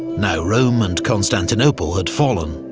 now rome and constantinople had fallen.